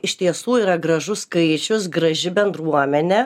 iš tiesų yra gražus skaičius graži bendruomenė